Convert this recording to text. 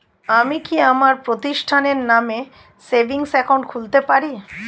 আমি কি আমার প্রতিষ্ঠানের নামে সেভিংস একাউন্ট খুলতে পারি?